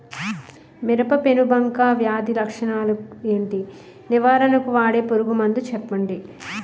మిరప పెనుబంక వ్యాధి లక్షణాలు ఏంటి? నివారణకు వాడే పురుగు మందు చెప్పండీ?